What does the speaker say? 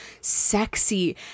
sexy